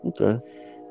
Okay